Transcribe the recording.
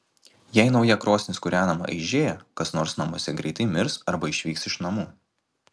jei nauja krosnis kūrenama aižėja kas nors namuose greitai mirs arba išvyks iš namų